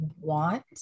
want